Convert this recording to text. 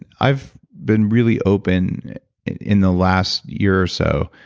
and i've been really open in the last year or so.